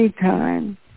anytime